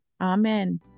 amen